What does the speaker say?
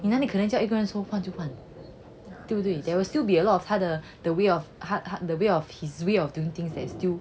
你哪里可能叫一个人说换就换对不对 there will still be a lot of 他的他他 the way of the way of his way of doing things that is still